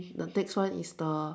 the next one is the